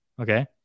Okay